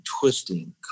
twisting